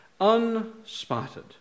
unspotted